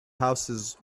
houses